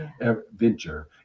venture